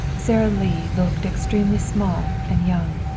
sara lee looked extremely small and young.